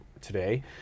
today